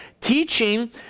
teaching